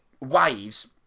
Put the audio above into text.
Waves